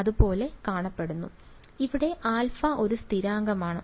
അത് പോലെ കാണപ്പെടുന്നു ഇവിടെ α ഒരു സ്ഥിരാങ്കമാണ്